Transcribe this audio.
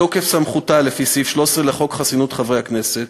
בתוקף סמכותה לפי סעיף 13 לחוק חסינות חברי הכנסת,